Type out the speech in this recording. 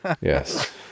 yes